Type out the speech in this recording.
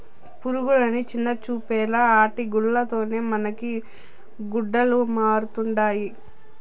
పురుగులని చిన్నచూపేలా ఆటి గూల్ల తోనే మనకి గుడ్డలమరుతండాయి